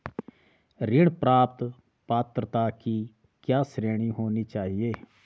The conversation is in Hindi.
ऋण प्राप्त पात्रता की क्या श्रेणी होनी चाहिए?